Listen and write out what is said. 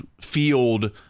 Field